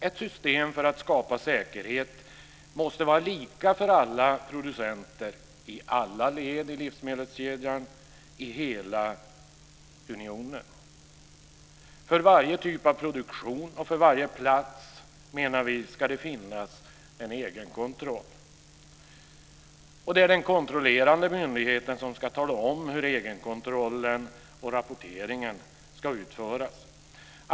Ett system för att skapa säkerhet måste vara lika för alla producenter i alla led i livsmedelskedjan i hela unionen. För varje typ av produktion och för varje plats menar vi att det ska finnas en egen kontroll. Det är den kontrollerande myndigheten som ska tala om hur egenkontrollen och rapporteringen ska utföras.